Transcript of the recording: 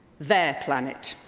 their planet.